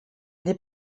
n’est